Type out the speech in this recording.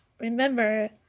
remember